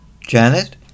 Janet